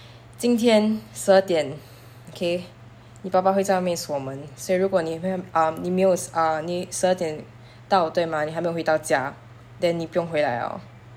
今天十二点 okay 你爸爸会在外面锁门所以如果你会 um 你没有 um 你十二点到对吗你还没有回到家 then 你不用回来了